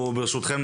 ברשותכם,